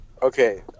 Okay